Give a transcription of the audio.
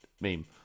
meme